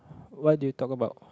what did you talk about